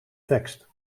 tekst